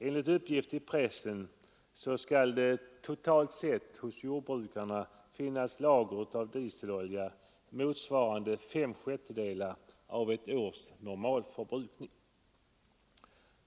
Enligt uppgift i pressen skall det hos jordbrukarna totalt sett finnas lager av dieselolja, motsvarande fem sjättedelar av ett års normalförbrukning.